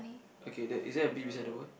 okay there is there a bee beside the boy